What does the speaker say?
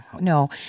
no